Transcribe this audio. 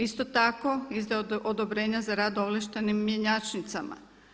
Isto tako izdaje odobrenja za rad ovlaštenim mjenjačnicama.